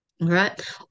Right